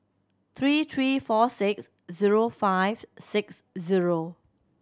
three three four six zero five six zero